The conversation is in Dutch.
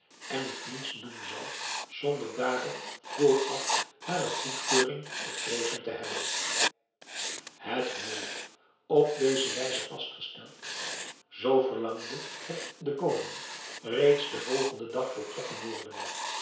en ik niets doen zal zonder daar op vooraf hare goedkeuring verkregen te hebben het huwelijk op deze wijze vastgesteld zou zoo verlangde het de koning reeds den volgenden dag voltrokken worden